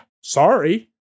sorry